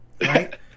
right